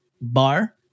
bar